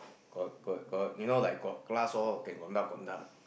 got got got you know like got glass lor can conduct conduct